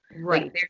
Right